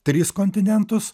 tris kontinentus